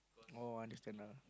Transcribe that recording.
oh I understand now